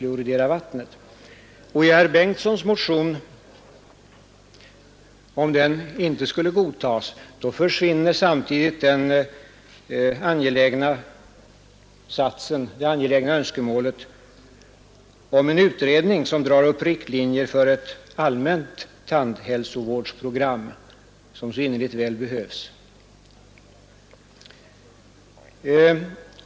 Och om herr Bengtssons motion inte skulle godtas, försvinner samtidigt det angelägna önskemålet om en utredning som drar upp riktlinjer för ett allmänt tandhälsovårdsprogram, vilket så innerligt väl behövs.